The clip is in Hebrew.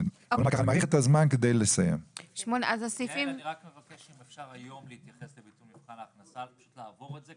רק מבקש: אם אפשר להתייחס היום לביטול מבחן ההכנסה; פשוט לעבור את זה,